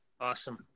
Awesome